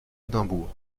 édimbourg